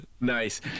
Nice